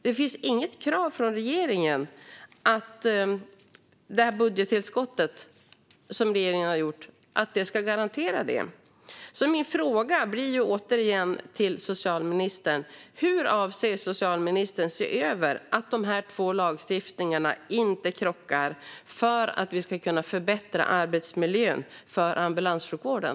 Det finns inget krav från regeringen på att budgettillskottet från regeringen ska garantera detta. Min fråga till socialministern blir återigen: Hur avser socialministern att se över att dessa två lagstiftningar inte krockar, så att vi kan förbättra arbetsmiljön för ambulanssjukvården?